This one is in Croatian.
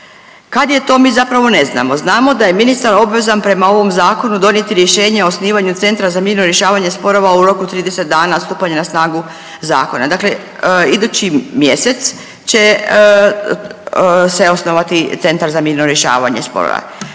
Kad je to mi zapravo ne znamo, znamo da je ministar obvezan prema ovom Zakonu donijeti rješenje o osnivanju Centra za mirno rješavanje sporova u roku od 30 dana od stupanja na snagu zakona. Dakle, idući mjesec će se osnovati Centar za mirno rješavanje sporova.